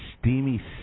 steamy